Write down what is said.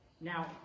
Now